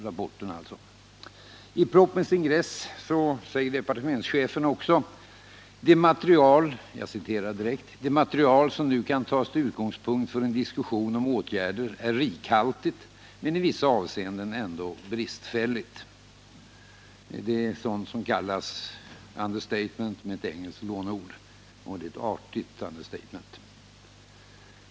I propositionens ingress säger också departementschefen: ”Det material som nu kan tas till utgångspunkt för en diskussion om åtgärder är rikhaltigt men i vissa avseenden ändå bristfälligt.” Det är sådant som med ett engelskt lånord kallas understatement — och det är ett artigt understatement.